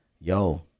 yo